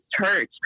church